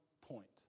point